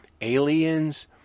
aliens